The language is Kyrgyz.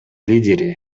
лидери